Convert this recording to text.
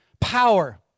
power